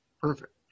Perfect